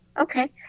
okay